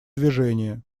движение